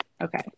Okay